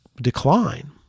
decline